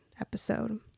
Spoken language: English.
episode